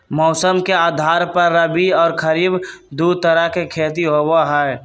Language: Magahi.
मौसम के आधार पर रबी और खरीफ दु तरह के खेती होबा हई